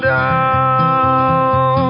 down